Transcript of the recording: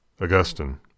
Augustine